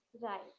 right